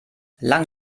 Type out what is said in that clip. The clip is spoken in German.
lang